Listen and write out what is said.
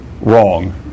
wrong